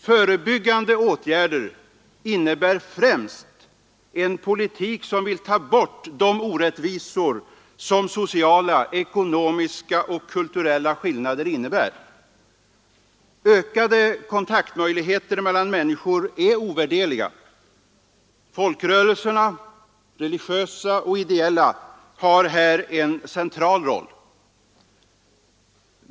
Förebyggande åtgärder innebär främst en politik som vill ta bort de orättvisor som sociala, ekonomiska och kulturella skillnader innebär. Ökade kontaktmöjligheter mellan människor är ovärderliga. Folkrörelserna, religiösa och ideella, har här en central roll.